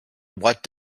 what